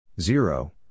Zero